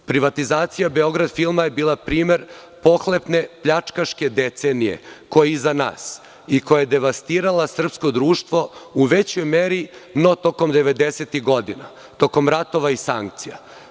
Privatizacija „Beograd filma“ je bila primer pohlepne pljačkaške decenije koja je iza nas i koja je devastirala srpsko društvo u većoj meri no tokom 90-ih godina, tokom ratova i sankcija.